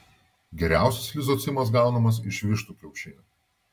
geriausias lizocimas gaunamas iš vištų kiaušinių